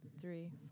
three